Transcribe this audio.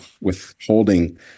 withholding